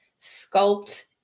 sculpt